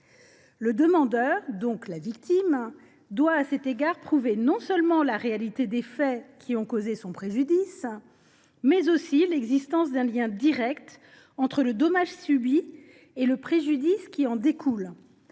Ce dernier, donc la victime, doit ainsi prouver non seulement la réalité des faits qui ont causé son préjudice, mais aussi l’existence d’un lien direct entre le dommage subi et le préjudice qui en découle.